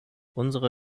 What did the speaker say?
unsere